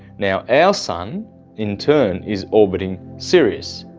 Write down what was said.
now our sun in turn is orbiting sirius.